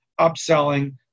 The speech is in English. upselling